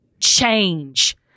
change